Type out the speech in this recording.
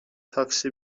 تاکسی